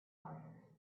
harder